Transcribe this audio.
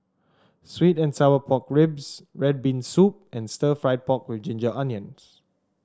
sweet and Sour Pork Ribs red bean soup and Stir Fried Pork with Ginger Onions